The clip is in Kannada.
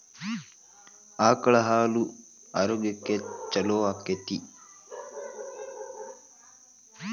ಆಕಳ ಹಾಲು ಆರೋಗ್ಯಕ್ಕೆ ಛಲೋ ಆಕ್ಕೆತಿ?